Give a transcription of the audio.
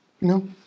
No